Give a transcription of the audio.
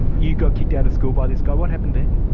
you got kicked out of school by this guy. what happened then?